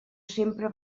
sempre